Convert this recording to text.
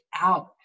out